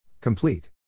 Complete